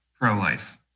pro-life